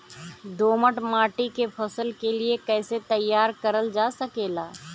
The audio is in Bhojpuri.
दोमट माटी के फसल के लिए कैसे तैयार करल जा सकेला?